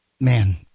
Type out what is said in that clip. Man